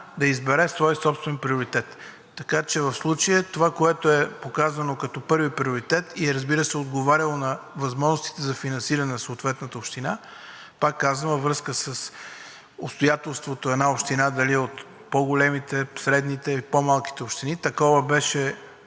да избере свой собствен приоритет. Така че в случая това, което е показано като първи приоритет и, разбира се, е отговаряло на възможностите за финансиране на съответната община, пак казвам, във връзка с обстоятелството една община дали е от по-големите, средните или по-малките общини. Фактически